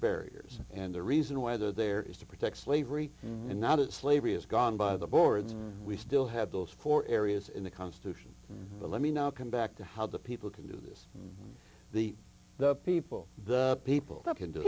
barriers and the reason why they're there is to protect slavery and now that slavery is gone by the boards we still have those four areas in the constitution let me now come back to how the people can do this the the people the people that can do